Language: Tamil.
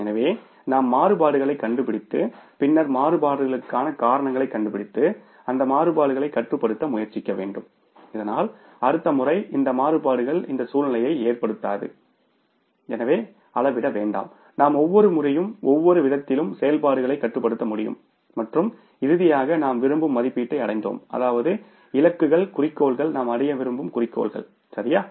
எனவே நாம் மாறுபாடுகளைக் கண்டுபிடித்து பின்னர் மாறுபாடுகளுக்கான காரணங்களைக் கண்டுபிடித்து அந்த மாறுபாடுகளைக் கட்டுப்படுத்த முயற்சிக்க வேண்டும் இதனால் அடுத்த முறை இந்த மாறுபாடுகள் இந்த சூழ்நிலையை ஏற்படுத்தாது எனவே அளவிட வேண்டாம் நாம் ஒவ்வொரு முறையும் ஒவ்வொரு விதத்திலும் செயல்பாடுகளை கட்டுப்படுத்த முடியும் மற்றும் இறுதியாக நாம் விரும்பும் மதிப்பீட்டை அடைந்தோம் அதாவது இலக்குகள் குறிக்கோள்கள்நாம் அடைய விரும்பும் குறிக்கோள் சரியா